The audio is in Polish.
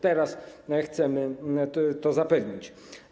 Teraz chcemy to zapewnić.